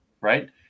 right